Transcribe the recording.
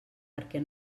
perquè